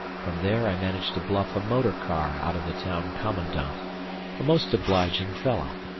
from there i managed to bluff a motor car out of the town commandant a most obliging fellow.